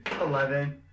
Eleven